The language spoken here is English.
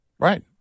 Right